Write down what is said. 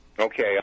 Okay